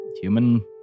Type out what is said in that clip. human